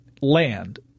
land